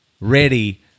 ready